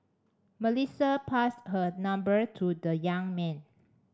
Melissa passed her number to the young man